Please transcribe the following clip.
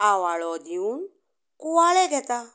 आवाळो दिवन कुंवाळे घेता